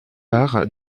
par